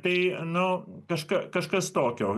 tai nu kažka kažkas tokio